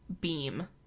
Beam